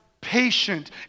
patient